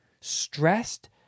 stressed